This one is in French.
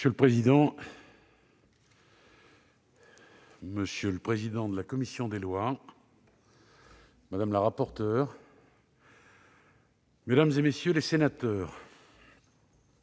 Monsieur le président, monsieur le président de la commission des lois, madame la rapporteure, mesdames, messieurs les sénateurs,